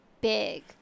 big